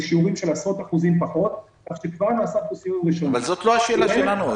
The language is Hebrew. בשיעורים של עשרות אחוזים פחות --- אבל זאת לא השאלה שלנו.